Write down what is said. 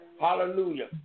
Hallelujah